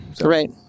Right